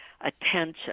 attention